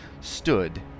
stood